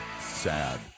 Sad